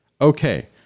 Okay